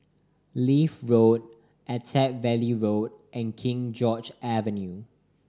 Leith Road Attap Valley Road and King George's Avenue